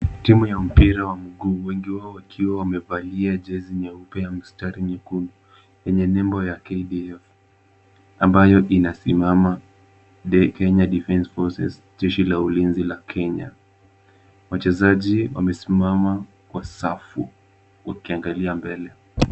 Timu ya mpira wa mguu wengi wao wakiwa wamevalia jezi nyeupe ya mstari nyekundu yenye nembo ya KDF ambayo inasimama The Kenye Defence Forces jeshi la ulinzi la Kenya. Wachezaji wamesimama kwa safu wakiangalia mbele.